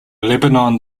lebanon